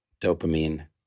Dopamine